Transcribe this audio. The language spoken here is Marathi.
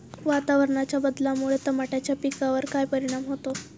वातावरणाच्या बदलामुळे टमाट्याच्या पिकावर काय परिणाम होतो?